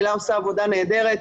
הילה עושה עבודה נהדרת,